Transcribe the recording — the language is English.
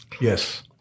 Yes